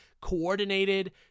coordinated